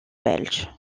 belge